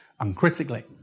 uncritically